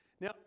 Now